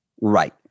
Right